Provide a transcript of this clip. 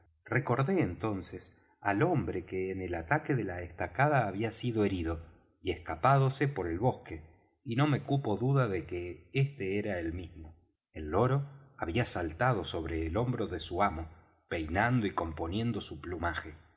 recordé entonces al hombre que en el ataque de la estacada había sido herido y escapádose por el bosque y no me cupo duda de que éste era el mismo el loro había saltado sobre el hombro de su amo peinando y componiendo su plumaje